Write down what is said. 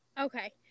Okay